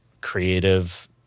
creative